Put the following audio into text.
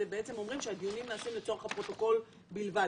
אומרים שהדיונים נעשים לצורך הפרוטוקול בלבד,